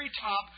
top